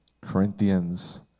Corinthians